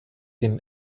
den